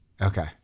Okay